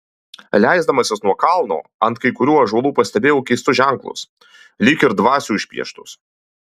leisdamasis nuo kalno ant kai kurių ąžuolų pastebėjau keistus ženklus lyg ir dvasių išpieštus